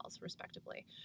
respectively